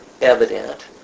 evident